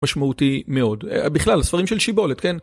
משמעותי מאוד בכלל ספרים של שיבולת כן.